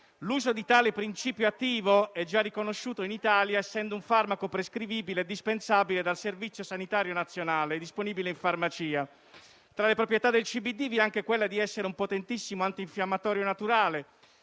L'uso di tale principio attivo è già riconosciuto in Italia, essendo un farmaco prescrivibile e dispensabile dal Servizio sanitario nazionale, disponibile in farmacia. Tra le proprietà del CBD vi è anche quella di essere un potentissimo antinfiammatorio naturale,